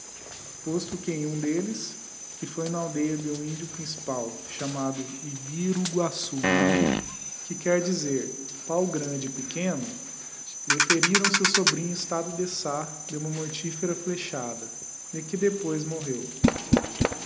posto que em um delles que foi na aldeia de um índio principal chamado jòwrwgrwflfssiiwmm que quer dizer pau grande pequeno lhe feriram digiti zedby google ôeu sobrinho estado de sá de uma mortífera frechada de que depois morreu